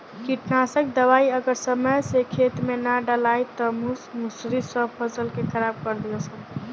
कीटनाशक दवाई अगर समय से खेते में ना डलाइल त मूस मुसड़ी सब फसल के खराब कर दीहन सन